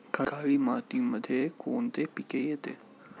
काळी मातीमध्ये कोणते पिके येते?